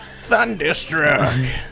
Thunderstruck